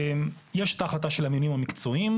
יש את ההחלטה של העניינים המקצועיים,